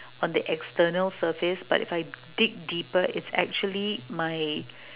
on the external surface but if I dig deeper it's actually my